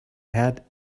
head